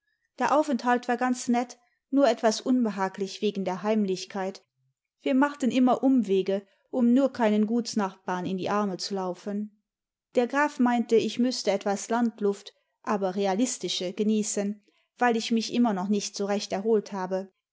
der aufenthalt war ganz nett nur etwas unbehaglich wegen der heimlichkeit wir machten immer umwege um nur keinen gutsnachbarn in die arme zu laufen der graf meinte ich müßte etwas landluft aber realistische genießen weil ich mich inmier noch nkht so recht erholt habe